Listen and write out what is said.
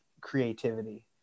creativity